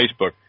Facebook